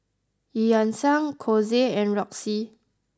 Eu Yan Sang Kose and Roxy